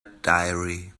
diary